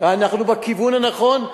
ואנחנו בכיוון הנכון,